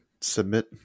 submit